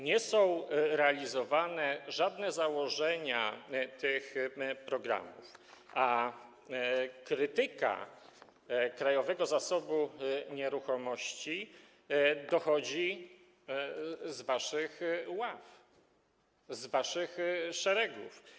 Nie są realizowane żadne założenia tych programów, a krytyka Krajowego Zasobu Nieruchomości dochodzi z waszych ław, z waszych szeregów.